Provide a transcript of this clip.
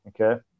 Okay